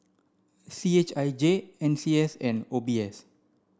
C H I J N C S and O B S